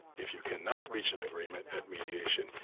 if you cannot reach an agreement at mediation,